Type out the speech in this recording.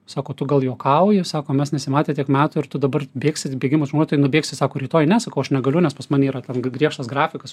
sako tu gal juokauji sako mes nusimatę tiek metų ir tu dabar baigsi bėgimus nubėgsi sako rytoj ne sakau aš negaliu nes pas mane yra ten griežtas grafikas